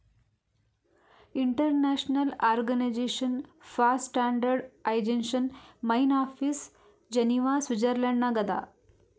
international organization for standardization main office Geneva Switzerland ನಾಗ್ ಅದಾ